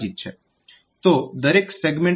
તો દરેક સેગમેન્ટની મહત્તમ સાઈઝ 64 kB છે